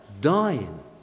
Dying